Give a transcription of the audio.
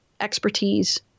expertise